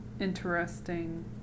interesting